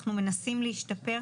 אנחנו מנסים להשתפר,